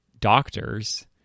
doctors